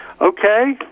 Okay